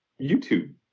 YouTube